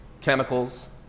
chemicals